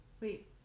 Wait